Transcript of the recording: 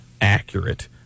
accurate